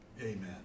Amen